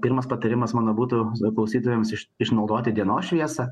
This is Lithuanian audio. pirmas patarimas mano būtų klausytojams iš išnaudoti dienos šviesą